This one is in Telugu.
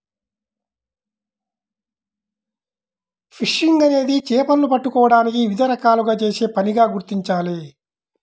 ఫిషింగ్ అనేది చేపలను పట్టుకోవడానికి వివిధ రకాలుగా చేసే పనిగా గుర్తించాలి